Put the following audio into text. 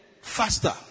faster